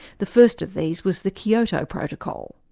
the first of these was the kyoto protocol.